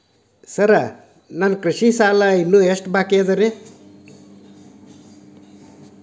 Sir ನನ್ನ ಕೃಷಿ ಸಾಲ ಇನ್ನು ಎಷ್ಟು ಬಾಕಿಯಿದೆ?